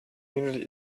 needed